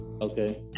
okay